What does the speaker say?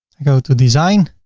i go to design